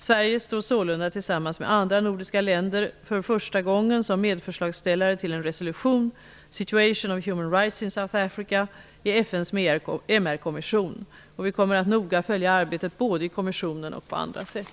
Sverige står sålunda tillsammans med andra nordiska länder för första gången som medförslagsställare till en resolution, MR-kommission. Vi kommer att noga följa arbetet både i kommissionen och på andra sätt.